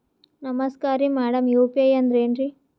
ನಮಸ್ಕಾರ್ರಿ madam UPI ಅಂದ್ರೆನ್ರಿ?